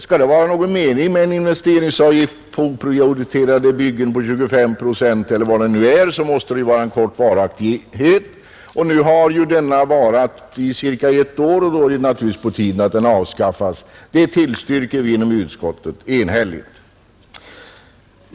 Skall det vara någon mening med en investeringsavgift på 25 procent på oprioriterade byggen, så måste den ju ha kort varaktighet. Nu har den varat i cirka ett år, och då är det naturligtvis på tiden att den avskaffas. Det tillstyrker vi enhälligt inom utskottet.